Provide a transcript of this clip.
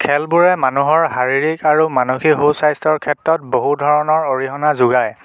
খেলবোৰে মানুহৰ শাৰীৰিক আৰু মানসিক সু স্বাস্থ্যৰ ক্ষেত্ৰত বহুতো ধৰণৰ অৰিহণা যোগায়